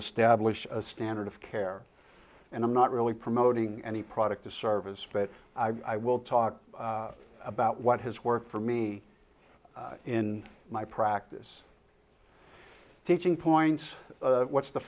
establish a standard of care and i'm not really promoting any product or service but i will talk about what has worked for me in my practice teaching points what's the